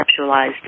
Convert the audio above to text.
conceptualized